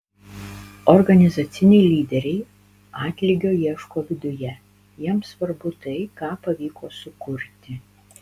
organizaciniai lyderiai atlygio ieško viduje jiems svarbu tai ką pavyko sukurti